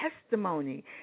testimony